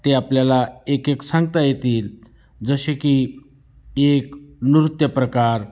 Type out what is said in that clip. ते आपल्याला एक एक सांगता येतील जसे की एक नृत्यप्रकार